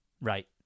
Right